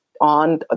on